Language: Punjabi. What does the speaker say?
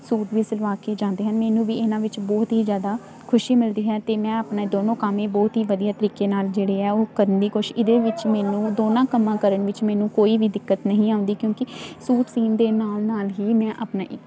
ਸੂਟ ਵੀ ਸਿਲਵਾ ਕੇ ਜਾਂਦੇ ਹਨ ਮੈਨੂੰ ਵੀ ਇਹਨਾਂ ਵਿੱਚ ਬਹੁਤ ਹੀ ਜ਼ਿਆਦਾ ਖੁਸ਼ੀ ਮਿਲਦੀ ਹੈ ਅਤੇ ਮੈਂ ਆਪਣੇ ਦੋਨੋਂ ਕੰਮ ਹੀ ਬਹੁਤ ਹੀ ਵਧੀਆ ਤਰੀਕੇ ਨਾਲ ਜਿਹੜੇ ਆ ਉਹ ਕਰਨ ਦੀ ਕੋਸ਼ਿਸ਼ ਇਹਦੇ ਵਿੱਚ ਮੈਨੂੰ ਦੋਨਾਂ ਕੰਮਾਂ ਕਰਨ ਵਿੱਚ ਮੈਨੂੰ ਕੋਈ ਵੀ ਦਿੱਕਤ ਨਹੀਂ ਆਉਂਦੀ ਕਿਉਂਕਿ ਸੂਟ ਸੀਣ ਦੇ ਨਾਲ ਨਾਲ ਹੀ ਮੈਂ ਆਪਣਾ ਇੱਕ